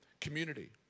community